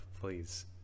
please